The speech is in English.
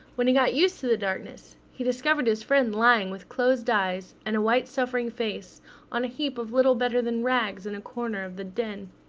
when he got used to the darkness, he discovered his friend lying with closed eyes and a white suffering face on a heap of little better than rags in a corner of the den.